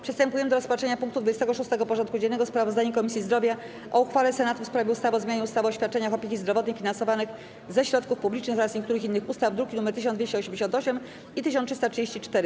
Przystępujemy do rozpatrzenia punktu 26. porządku dziennego: Sprawozdanie Komisji Zdrowia o uchwale Senatu w sprawie ustawy o zmianie ustawy o świadczeniach opieki zdrowotnej finansowanych ze środków publicznych oraz niektórych innych ustaw (druki nr 1288 i 1334)